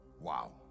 Wow